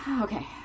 Okay